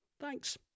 Thanks